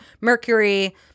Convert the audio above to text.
Mercury